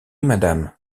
madame